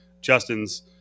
Justin's